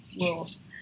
rules